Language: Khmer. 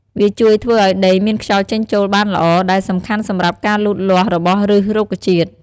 វាជួយធ្វើឲ្យដីមានខ្យល់ចេញចូលបានល្អ ដែលសំខាន់សម្រាប់ការលូតលាស់របស់ឫសរុក្ខជាតិ។